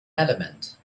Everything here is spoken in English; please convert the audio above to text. element